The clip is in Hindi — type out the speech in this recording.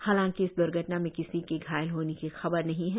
हालांकि इस द्र्घटना में किसी के घायल होने की खबर नहीं है